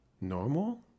Normal